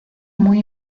muy